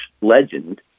legend